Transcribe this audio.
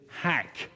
hack